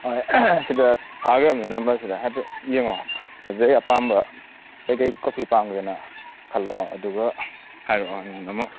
ꯁꯤꯗ ꯊꯥꯈ꯭ꯔꯝꯅꯤ ꯅꯝꯕꯔꯁꯤꯗ ꯍꯥꯏꯐꯦꯠ ꯌꯦꯡꯉꯣ ꯑꯗꯨꯗꯩ ꯑꯄꯥꯝꯕ ꯀꯩꯀꯩ ꯀꯣꯐꯤ ꯄꯥꯝꯒꯦꯅ ꯈꯜꯂꯛꯑꯣ ꯑꯗꯨꯒ ꯍꯥꯏꯔꯛꯑꯣ ꯑꯩꯉꯣꯟꯗ ꯑꯃꯨꯛ